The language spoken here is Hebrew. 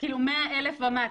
ומטה,